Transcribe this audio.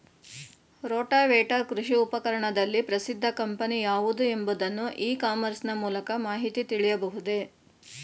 Rotavator ಕೃಷಿ ಉಪಕರಣದಲ್ಲಿ ಪ್ರಸಿದ್ದ ಕಂಪನಿ ಯಾವುದು ಎಂಬುದನ್ನು ಇ ಕಾಮರ್ಸ್ ನ ಮೂಲಕ ಮಾಹಿತಿ ತಿಳಿಯಬಹುದೇ?